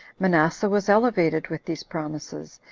manasseh was elevated with these promises,